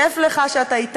כיף לך שאתה,